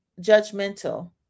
judgmental